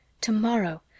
To-morrow